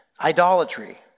Idolatry